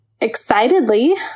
excitedly